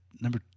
number